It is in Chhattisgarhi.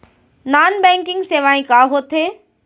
नॉन बैंकिंग सेवाएं का होथे